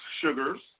sugars